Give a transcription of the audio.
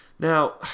Now